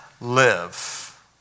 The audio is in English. live